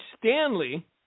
Stanley